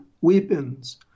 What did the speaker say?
weapons